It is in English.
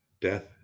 death